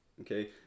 Okay